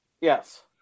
Yes